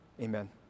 Amen